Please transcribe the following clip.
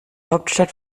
hauptstadt